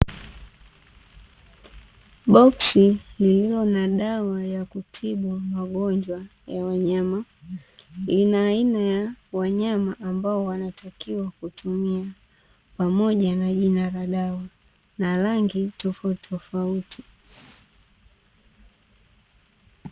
Boksi lililo na dawa ya kutibu magonjwa ya wanyama, Lina aina ya wanyama ambao wanatakiwa kutumia pamoja na jina la dawa na rangi tofauti tofauti.